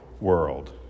world